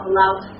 love